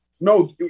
No